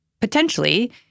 potentially